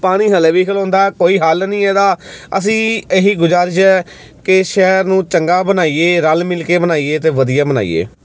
ਪਾਣੀ ਹਜੇ ਵੀ ਖਲੋਂਦਾ ਕੋਈ ਹੱਲ ਨਹੀਂ ਇਹਦਾ ਅਸੀਂ ਇਹੀ ਗੁਜ਼ਾਰਿਸ਼ ਕੇ ਸ਼ਹਿਰ ਨੂੰ ਚੰਗਾ ਬਣਾਈਏ ਰਲ ਮਿਲ ਕੇ ਬਣਾਈਏ ਅਤੇ ਵਧੀਆ ਬਣਾਈਏ